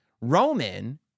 Roman